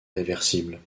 réversible